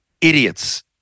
idiots